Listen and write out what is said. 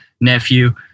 nephew